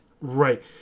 Right